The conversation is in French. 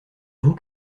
vous